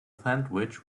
sandwich